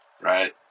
right